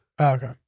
okay